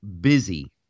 busy